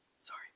Sorry